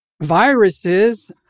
Viruses